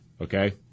okay